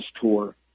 tour